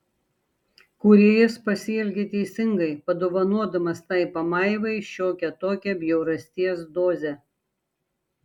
kūrėjas pasielgė teisingai padovanodamas tai pamaivai šiokią tokią bjaurasties dozę